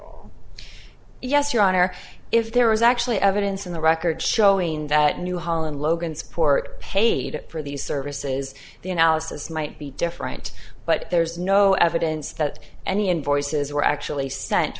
all yes your honor if there was actually evidence in the record showing that new holland logansport paid for these services the analysis might be different but there's no evidence that any invoices were actually sent